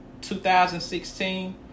2016